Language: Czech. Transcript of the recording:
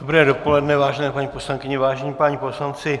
Dobré dopoledne, vážené paní poslankyně, vážení páni poslanci.